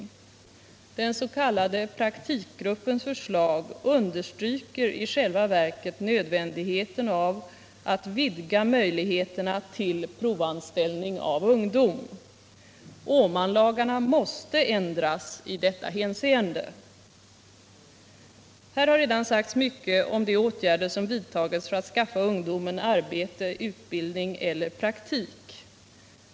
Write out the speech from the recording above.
sysselsättningen Den s.k. praktikgruppens förslag understryker i själva verket nödvändigheten av att vidga möjligheterna till provanställning av ungdom. Åmanlagarna måste ändras i detta hänseende. Här har redan sagts mycket om de åtgärder som vidtas för att skaffa ungdomen arbete, utbildning eller praktik.